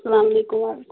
اسلامُ علیکم وعلیکم سلام